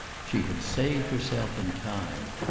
she had saved herself in time.